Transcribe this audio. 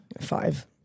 five